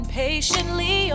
patiently